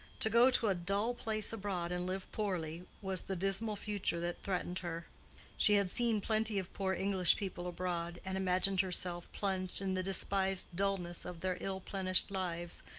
to go to a dull place abroad and live poorly, was the dismal future that threatened her she had seen plenty of poor english people abroad and imagined herself plunged in the despised dullness of their ill-plenished lives,